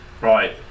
Right